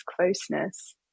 closeness